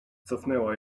cofnęła